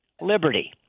liberty